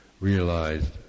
realized